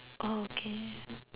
okay